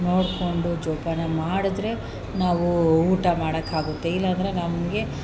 ನೋಡಿಕೊಂಡು ಜೋಪಾನ ಮಾಡಿದ್ರೆ ನಾವು ಊಟ ಮಾಡೋಕ್ಕಾಗುತ್ತೆ ಇಲ್ಲಾಂದ್ರೆ ನಮಗೆ